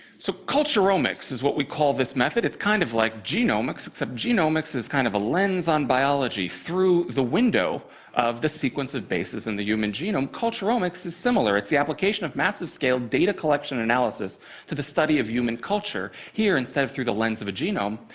so culturomics is what we call this method. it's kind of like genomics. except genomics is kind of a lens on biology through the window of the sequence of bases in the human genome. culturomics is similar. it's the application of massive-scale data collection analysis to the study of human culture. here, instead of through the lens of a genome,